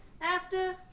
after-